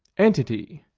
entity,